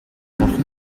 бурхан